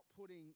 putting